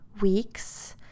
weeks